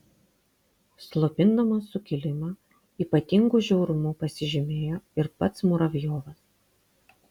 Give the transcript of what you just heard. slopindamas sukilimą ypatingu žiaurumu pasižymėjo ir pats muravjovas